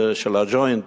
של ה"ג'וינט",